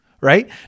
right